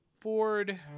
Ford